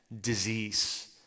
disease